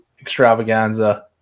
extravaganza